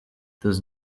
does